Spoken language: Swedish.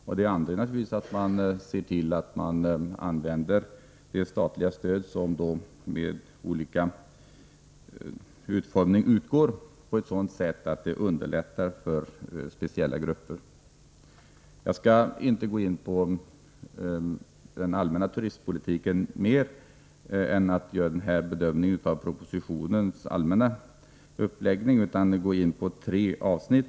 Man kan också se till att man använder de existerande formerna av statligt stöd på ett sådant sätt att man tillgodoser speciella grupper. Efter denna bedömning av propositionens allmänna uppläggning skall jag inte ytterligare uppehålla mig vid turistpolitiken i stort utan i stället gå in på tre avsnitt.